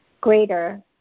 greater